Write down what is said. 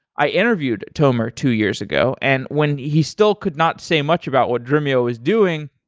i interviewed tomer two years ago, and when he still could not say much about what dremio is doing,